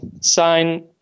sign